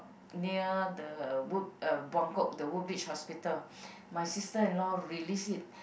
near the wood Bangkok the woodbridge hospital my sister-in-law released it